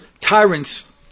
Tyrants